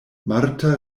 marta